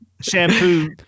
shampoo